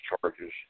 charges